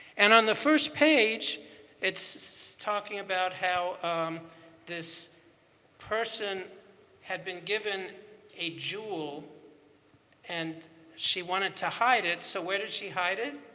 and on the first page it's talking about how this person had been given a jewel and she wanted to hide it so where did she hide it?